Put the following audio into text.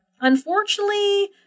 Unfortunately